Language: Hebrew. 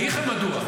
אני אגיד לכם מדוע,